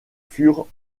furent